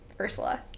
Ursula